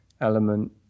element